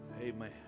amen